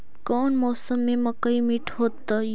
कौन मौसम में मकई ठिक होतइ?